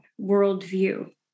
worldview